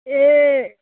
ए